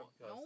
No